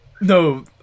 No